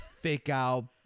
fake-out